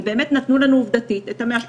ובאמת נתנו לנו עובדתית את ה-188 אחוזים.